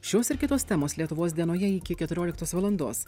šios ir kitos temos lietuvos dienoje iki keturioliktos valandos